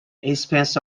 expense